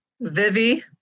Vivi